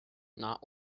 not